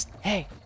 hey